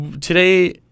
Today